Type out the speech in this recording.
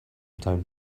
time